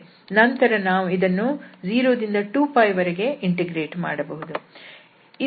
ನಂತರ ನಾವು ಇದನ್ನು 0 ದಿಂದ 2π ವರೆಗೆ ಇಂಟಿಗ್ರೇಟ್ ಮಾಡಬಹುದು